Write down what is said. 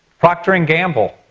proctor and gamble,